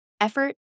effort